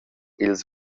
ils